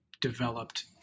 developed